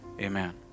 amen